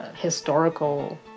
historical